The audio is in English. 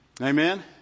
Amen